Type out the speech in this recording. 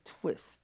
twist